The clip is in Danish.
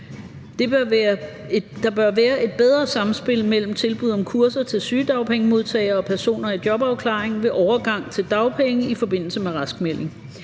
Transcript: Der bør være et bedre samspil mellem tilbud om kurser til sygedagpengemodtagere og personer i jobafklaring ved overgang til dagpenge i forbindelse med raskmelding.